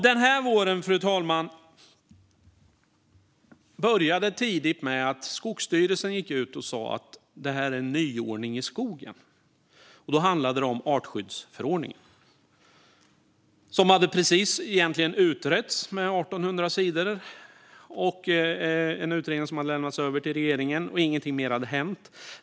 Den här våren, fru talman, började tidigt med att Skogsstyrelsen gick ut och sa att det här är en nyordning i skogen. Det handlade om artskyddsförordningen, som egentligen precis hade utretts på 1 800 sidor, en utredning som hade lämnats över till regeringen utan att något mer hade hänt.